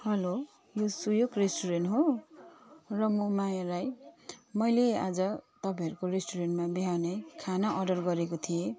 हलो यो सुयोग रेस्ट्रुरेन्ट हो र म माया राई मैले आज तपाईँहरूको रेस्ट्रुरेन्टमा बिहानै खाना अर्डर गरेको थिएँ